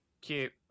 Cute